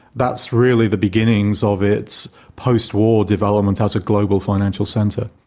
that's really the beginnings of its post-war development as a global financial centre.